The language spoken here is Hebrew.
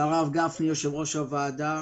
גפני, יושב-ראש הוועדה